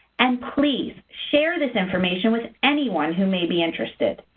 and please, share this information with anyone who may be interested.